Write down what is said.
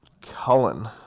Cullen